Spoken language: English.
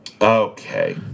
Okay